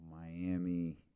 Miami